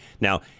Now